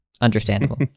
understandable